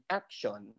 action